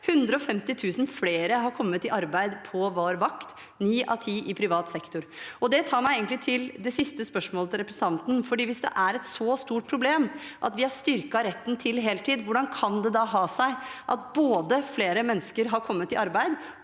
150 000 flere har kommet i arbeid på vår vakt, ni av ti i privat sektor. Det tar meg egentlig til det siste spørsmålet til representanten, for hvis det er et så stort problem at vi har styrket retten til heltid, hvordan kan det da ha seg at flere mennesker har kommet i arbeid,